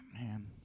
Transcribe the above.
man